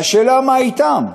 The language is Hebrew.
והשאלה היא מה אתם.